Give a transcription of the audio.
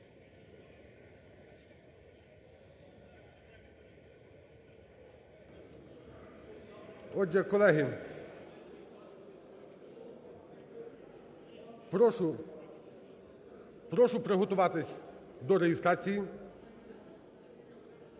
Отже, колеги, прошу приготуватися до реєстрації.